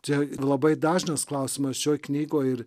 čia labai dažnas klausimas šioj knygoj ir